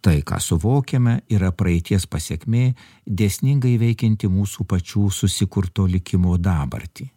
tai ką suvokiame yra praeities pasekmė dėsningai veikianti mūsų pačių susikurto likimo dabartį